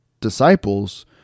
disciples